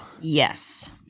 Yes